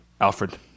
Alfred